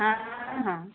ହଁ ହଁ